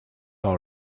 all